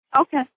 Okay